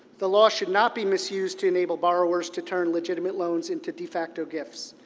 the law should not be misused to enable borrowers to turn legitimate loans into de facto gifts.